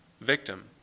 victim